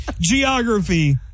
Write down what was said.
Geography